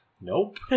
Nope